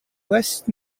west